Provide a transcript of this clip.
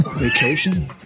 vacation